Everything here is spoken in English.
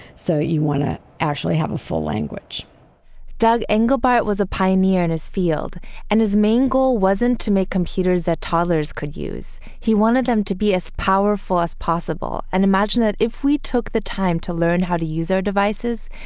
so you want to actually have a full language doug engelbart was a pioneer in his field and his main goal wasn't to make computers that toddlers could use. he wanted them to be as powerful as possible and imagine that if we took the time to learn how to use our devices,